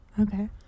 Okay